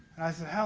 i said, helen,